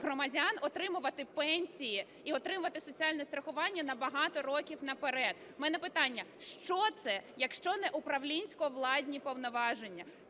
громадян отримувати пенсії і отримувати соціальне страхування на багато років наперед. У мене питання: що це, якщо не управлінсько-владні повноваження?